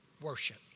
worship